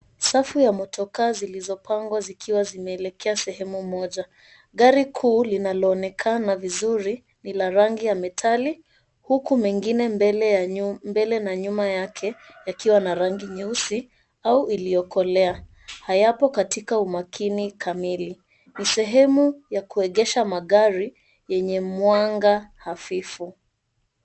Safu ya motokaa zilizopangwa zikiwa zimeelekea sehemu moja. Gari kuu linaloonekana vizuri ni la rangi ya metali, huku mengine mbele na nyuma yake yakiwa na rangi nyeusi au iliyokolea, hayako katika umakini kamili. Ni sehemu ya kuegesha magari yenye mwanga hafifu.